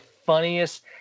Funniest